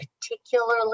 particularly